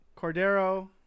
Cordero